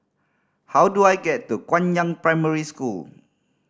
how do I get to Guangyang Primary School